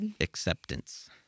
acceptance